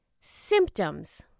Symptoms